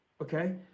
okay